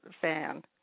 fan